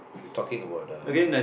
if you talking about uh